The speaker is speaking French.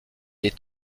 est